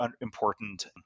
important